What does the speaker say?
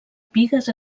pigues